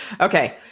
Okay